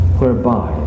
whereby